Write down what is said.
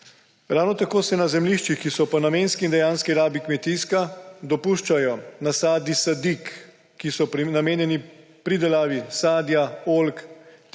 Ravno tako se na zemljiščih, ki so po namenski in dejanski rabi kmetijska, dopuščajo nasadi sadik, ki so namenjeni pridelavi sadja, oljk,